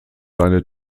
seine